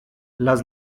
las